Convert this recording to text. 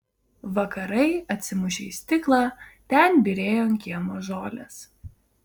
vakarai atsimušę į stiklą ten byrėjo ant kiemo žolės